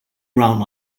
around